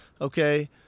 okay